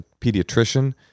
pediatrician